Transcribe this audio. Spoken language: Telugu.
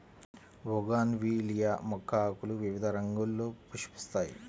బోగాన్విల్లియ మొక్క ఆకులు వివిధ రంగుల్లో పుష్పిస్తాయి